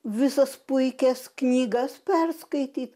visas puikias knygas perskaityt